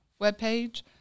webpage